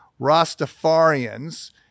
Rastafarians